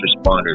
responders